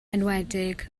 enwedig